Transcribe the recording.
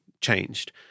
changed